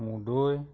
Mudoi